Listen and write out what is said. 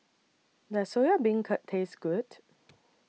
Does Soya Beancurd Taste Good